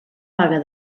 vaga